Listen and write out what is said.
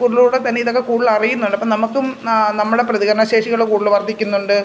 കൂടുതലിലൂടെ തന്നെ ഇതൊക്കെ കൂടുതൽ അറിയുന്നുണ്ട് അപ്പം നമുക്കും നമ്മുടെ പ്രതികരണശേഷികൾ കൂടുതൽ വർദ്ധിക്കുന്നുണ്ട്